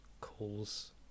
calls